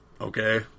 okay